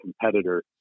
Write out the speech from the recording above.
competitor